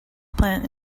plant